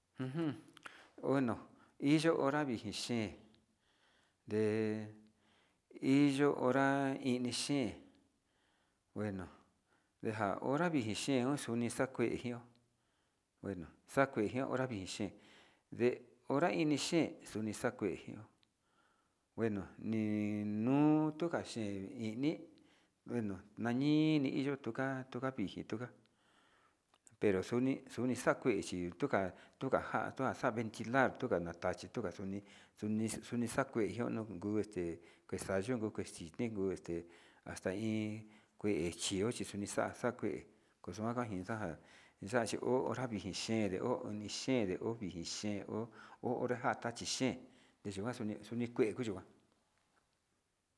Ujun bueno injo hora vini xhe'e nde iyo honra vixhi xhe'e bueno ndeja hora vinji xhe'e oxuni xakuexhio, bueno xakuexo hora vinjixhe nde hora vinji xhe'e unixakuejio, bueno ni nuu kuka xhe bueno nani kuka tuka xheni kuka pero xuni xuni xakuexhi tuka tuka xa'a ke ventilar tuka naka ti chuka nuni xuni xuni xakue yuu este kuexta yuku kii kuxu este axa'a iin kue chio chi kini xa'a axakue kuexa'a kixa'a ndexa chi hora kii xixhe nde ho ini xhen o ixhi xhen ho hora ta kiti xhen ndexuani kuni ue xuyunga.